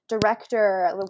director